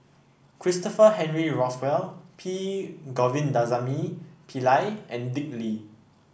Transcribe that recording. Christopher Henry Rothwell P Govindasamy Pillai and Dick Lee